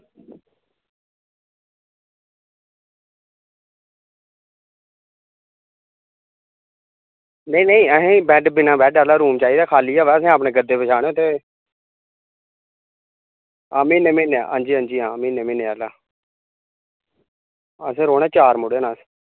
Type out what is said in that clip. नेईं नेईं असें ई बिना बैड आह्ला रूम चाहिदा असें उत्थें अपने गद्दे बिछानै आं म्हीनै म्हीनै अंजी अंजी म्हीनै म्हीनै आह्ला असें रौह्ना चार मुड़े न अस